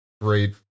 great